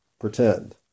pretend